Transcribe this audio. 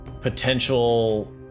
potential